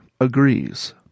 agrees